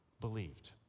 believed